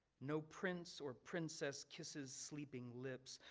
no prince or princess kisses sleeping lips.